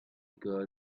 girl